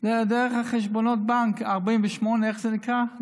דרך חשבונות הבנק, 48, איך זה נקרא?